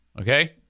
Okay